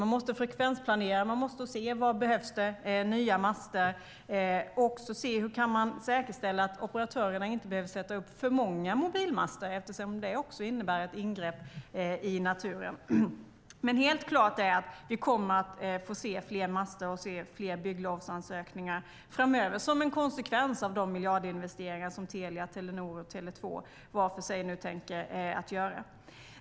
Man måste frekvensplanera och se var det behövs nya master och hur man kan säkerställa att operatörerna inte behöver sätta upp för många mobilmaster, eftersom det också innebär ett ingrepp i naturen. Helt klart är dock att vi kommer att få se fler master och fler bygglovsansökningar framöver som en konsekvens av de miljardsatsningar som Telia, Telenor och Tele 2 nu var för sig tänker göra.